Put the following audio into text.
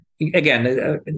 Again